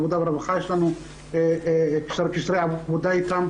יש לנו קשרי עבודה עם משרד העבודה והרווחה.